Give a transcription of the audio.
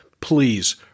please